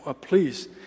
please